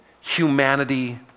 humanity